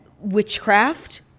witchcraft